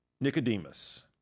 Nicodemus